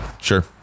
sure